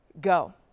go